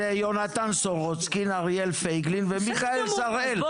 זה יונתן סורוצקי, אריאל פייגלין ומיכאל שראל.